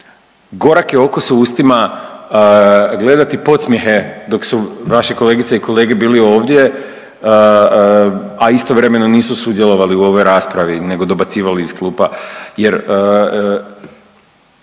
gorak je okus u ustima gledati podsmjehe dok su vaši kolegice i kolege bili ovdje, a istovremeno nisu sudjelovali u ovoj raspravi nego dobacivali iz klupa jer